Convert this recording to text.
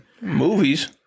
Movies